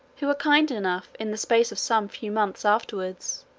who were kind enough, in the space of some few months afterwards,